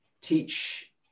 teach